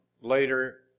later